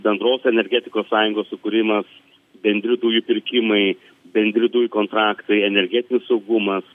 bendros energetikos sąjungos sukūrimas bendri dujų pirkimai bendri dujų kontraktai energetinis saugumas